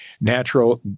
natural